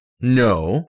No